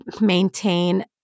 maintain